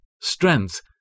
strength